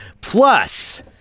Plus